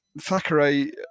Thackeray